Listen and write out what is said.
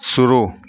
शुरू